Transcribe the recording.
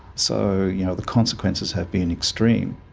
so you know the consequences have been extreme.